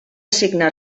signar